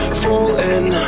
falling